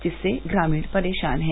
जिससे ग्रामीण परेषान हैं